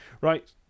Right